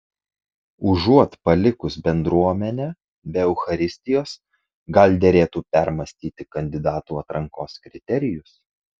užuot palikus bendruomenę be eucharistijos gal derėtų permąstyti kandidatų atrankos kriterijus